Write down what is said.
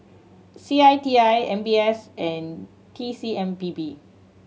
C I T I M B S and T C M P B